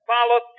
Follow